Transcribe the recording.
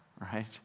right